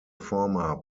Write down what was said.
former